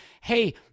Hey